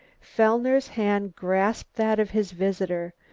fellner's hand grasped that of his visitor.